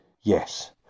Yes